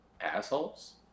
assholes